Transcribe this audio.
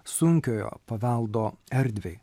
sunkiojo paveldo erdvei